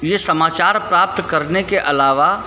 यह समाचार प्राप्त करने के अलावा